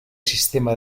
sistema